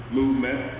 movement